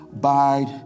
bide